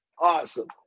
Awesome